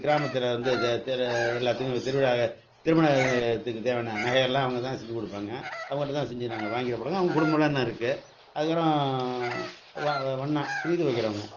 கிராமத்தில் வந்து எல்லோத்துக்கும் திருவிழா திருமணத்துக்கு தேவையான நகையெல்லாம் அவங்க தான் செஞ்சு கொடுப்பாங்க அவங்கட்ட தான் செஞ்சு நாங்கள் வாங்கிட்ட பிறகு அவங்க குடும்பலாம் இன்னும் இருக்குது அதுக்கப்புறம் வ வண்ணான் துணி துவைக்கிறவங்க